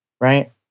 right